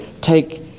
take